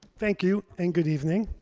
thank you and good evening.